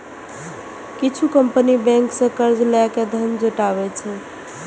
किछु company bank सं कर्ज लए के धन जुटाबै छै